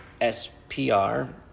SPR